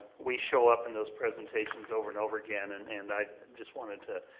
we show up in those presentations over and over again and and i just wanted to